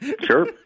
Sure